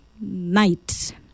night